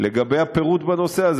לגבי הפירוט בנושא הזה,